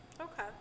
Okay